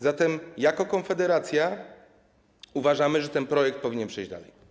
Zatem jako Konfederacja uważamy, że ten projekt powinien przejść dalej.